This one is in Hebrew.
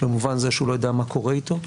במובן זה שהוא לא יודע מה קורה איתו.